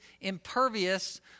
impervious